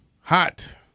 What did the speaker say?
Hot